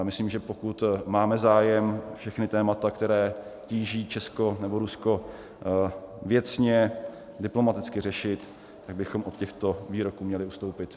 Myslím, že pokud máme zájem všechna témata, která tíží Česko nebo Rusko věcně, diplomaticky řešit, že bychom od těchto výroků měli ustoupit.